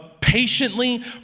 patiently